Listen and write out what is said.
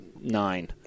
nine